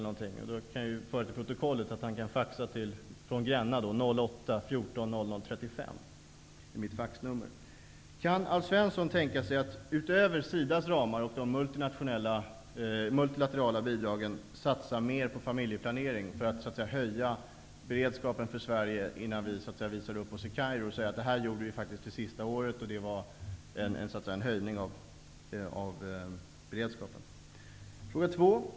Jag vill få fört till protokollet att han kan faxa från Gränna på mitt faxnummer 08-- Kan Alf Svensson tänka sig att, utöver SIDA:s ramar och de mutilaterala bidragen, satsa mer på familjeplanering? När vi visar upp oss i Kairo skulle vi då kunna säga att vi i Sverige det senaste året har höjt beredskapen.